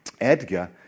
Edgar